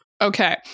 okay